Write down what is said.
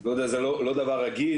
לא יודע זה לא דבר רגיל,